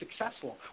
successful